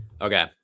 Okay